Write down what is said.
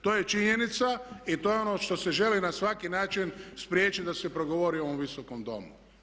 To je činjenica i to je ono što se želi na svaki način spriječiti da se progovori u ovom Visokom domu.